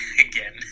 again